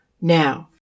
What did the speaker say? Now